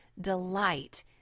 delight